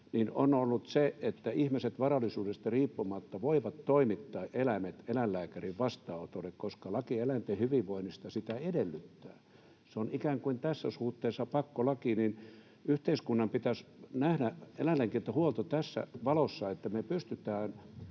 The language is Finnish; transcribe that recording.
on ollut se, että ihmiset varallisuudesta riippumatta voivat toimittaa eläimet eläinlääkärin vastaanotolle, koska laki eläinten hyvinvoinnista sitä edellyttää. Se on tässä suhteessa ikään kuin pakkolaki. Yhteiskunnan pitäisi nähdä eläinlääkintähuolto tässä valossa, että me pystytään